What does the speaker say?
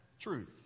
truth